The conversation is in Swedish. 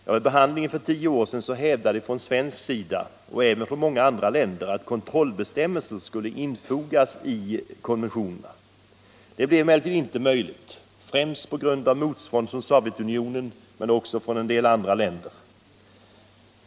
Vid behandlingen för tio år sedan hävdades det från svensk sida och även från många andra länder att kontrollbestämmelser skulle infogas i själva konventionerna. Detta blev emellertid inte möjligt, främst på grund av motstånd från Sovjetunionen men också från en del andra länder.